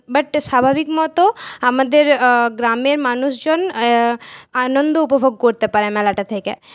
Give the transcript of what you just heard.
but স্বাভাবিক মতো আমাদের গ্রামের মানুষজন আনন্দ উপভোগ করতে পারে মেলাটা থেকে